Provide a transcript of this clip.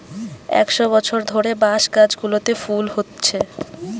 একশ বছর ধরে বাঁশ গাছগুলোতে ফুল হচ্ছে